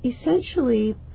essentially